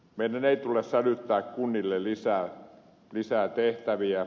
meidän ei tule sälyttää kunnille lisää tehtäviä